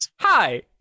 hi